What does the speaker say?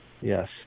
yes